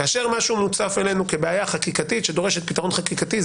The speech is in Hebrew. כאשר משהו מוצף אלינו כבעיה חקיקתית שדורשת פתרון חקיקתי,